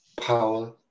power